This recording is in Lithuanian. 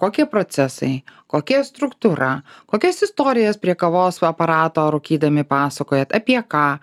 kokie procesai kokia struktūra kokias istorijas prie kavos aparato rūkydami pasakojat apie ką